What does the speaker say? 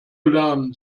lernen